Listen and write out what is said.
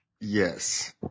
Yes